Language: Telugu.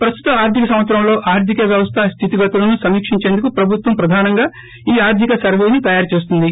ప్రస్తుత ఆర్దిక సంవత్సరంలో ఆర్గిక వ్యవస్ల స్థితిగతులను సమీకించేందుకు ప్రభుత్వం ప్రధానంగా ఈ ఆర్థిక సర్వేను తయారు చేస్తుంది